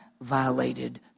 violated